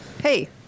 Hey